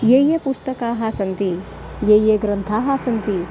यानि यानि पुस्तकानि सन्ति ये ये ग्रन्थाः सन्ति